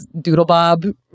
Doodlebob